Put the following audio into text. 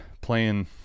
playing